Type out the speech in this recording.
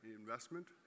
investment